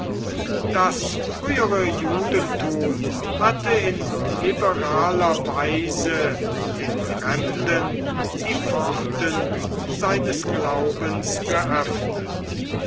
das frühere judentum hatte in liberaler weise den fremden die pforten seines glaubens geöffnet